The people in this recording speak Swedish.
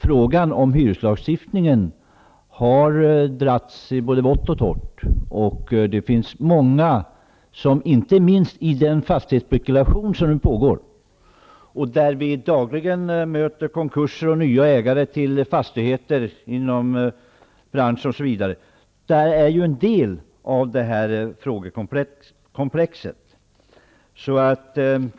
Frågan om hyreslagstiftningen har dragits i både vått och torrt. Inte minst fastighetsspekulationen som nu pågår, där vi dagligen möter konkurser och nya ägare till fastigheter, är en en del av detta frågekomplex.